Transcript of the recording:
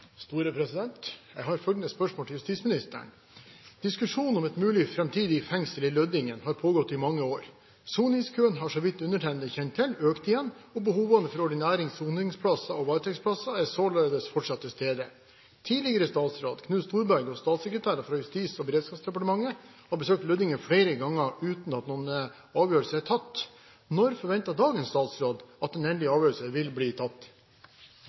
justisministeren: «Diskusjonen om et mulig fremtidig fengsel i Lødingen har pågått i mange år. Soningskøen har så vidt undertegnede kjenner til, økt igjen, og behovene for ordinære soningsplasser og varetektsplasser er således fortsatt til stede. Tidligere statsråd Knut Storberget og statssekretærer fra Justis- og beredskapsdepartementet har besøkt Lødingen flere ganger uten at noen avgjørelse er tatt. Når forventer dagens statsråd at en endelig avgjørelse vil bli tatt?»